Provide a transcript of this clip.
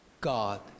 God